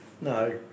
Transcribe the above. No